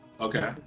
Okay